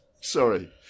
Sorry